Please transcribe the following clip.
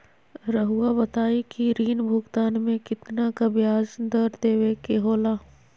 रहुआ बताइं कि ऋण भुगतान में कितना का ब्याज दर देवें के होला?